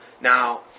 Now